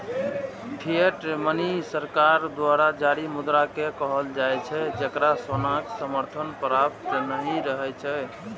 fiat money सरकार द्वारा जारी मुद्रा कें कहल जाइ छै, जेकरा सोनाक समर्थन प्राप्त नहि रहै छै